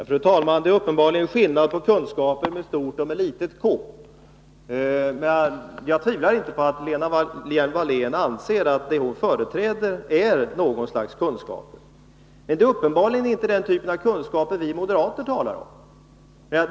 Fru talman! Det är uppenbarligen skillnad på kunskap med stort och med litet K. Jag tvivlar inte på att Lena Hjelm-Wallén anser att hon företräder något slags kunskapskrav. Men det är uppenbarligen inte den typ av kunskaper vi moderater talar om.